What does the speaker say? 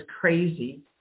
crazy